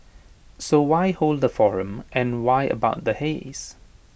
so why hold A forum and why about the haze